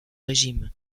régime